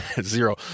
zero